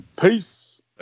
Peace